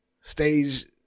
stage-